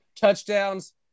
touchdowns